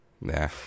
Nah